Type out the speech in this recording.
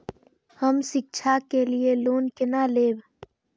हम शिक्षा के लिए लोन केना लैब?